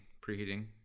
preheating